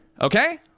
okay